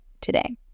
today